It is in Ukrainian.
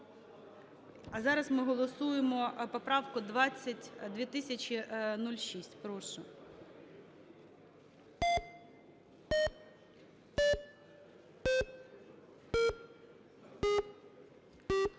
А зараз ми голосуємо поправку 2006. Прошу.